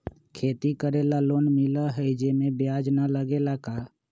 खेती करे ला लोन मिलहई जे में ब्याज न लगेला का?